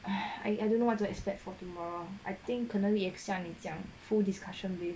I I I don't know what to expect for tomorrow I think 可能也像你这样 full discussion based